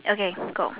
okay go